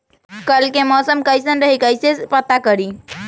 कल के मौसम कैसन रही कई से पता करी?